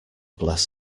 bless